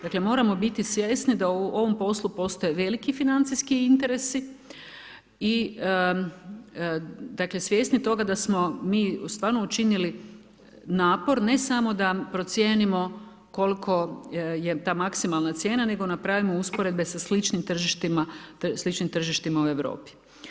Dakle, moramo biti svjesni da u ovom poslu postoji veliki financijski interesi i svjesni toga da smo mi učinili napor ne samo da procijenimo koliko je ta maksimalan cijena nego napravimo usporedbe sa sličnim tržištima u Europi.